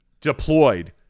deployed –